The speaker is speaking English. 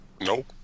nope